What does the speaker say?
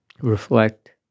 reflect